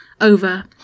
over